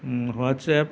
whats app